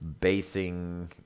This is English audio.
basing